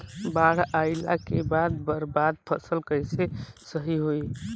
बाढ़ आइला के बाद बर्बाद फसल कैसे सही होयी?